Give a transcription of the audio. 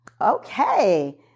Okay